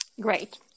Great